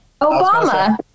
Obama